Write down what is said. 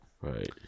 right